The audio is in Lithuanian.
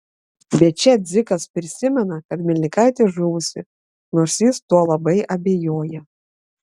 bet čia dzikas prisimena kad melnikaitė žuvusi nors jis tuo labai abejoja